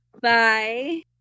Bye